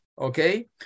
okay